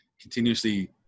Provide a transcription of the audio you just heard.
continuously